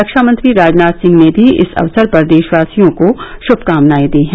रक्षा मंत्री राजनाथ सिंह ने भी इस अवसर पर देशवासियों को शुभकामनाएं दी हैं